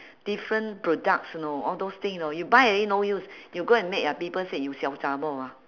different products you know all those thing you know you buy already no use you go and makeup people say you siao zha-bor ah